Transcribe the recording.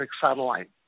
satellite